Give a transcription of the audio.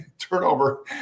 Turnover